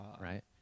right